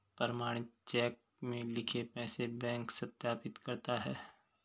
प्रमाणित चेक में लिखे पैसे बैंक सत्यापित करता है